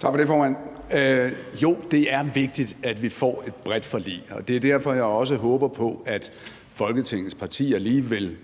Tak for det, formand. Jo, det er vigtigt, at vi får et bredt forlig, og det er derfor, jeg også håber på, at Folketingets partier lige vil